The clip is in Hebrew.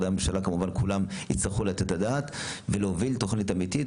וכמובן שכל משרדי הממשלה יצטרכו לתת את הדעת ולהוביל תוכנית אמיתית,